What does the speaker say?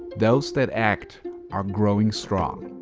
those that act are growing strong.